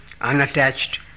unattached